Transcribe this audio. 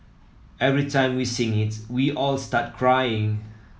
every time we sing it we all start crying